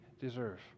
deserve